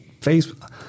Facebook